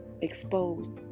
exposed